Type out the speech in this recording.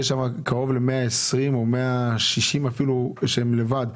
נמצאים שם קרוב ל-120 או אפילו 160 שהם לבד,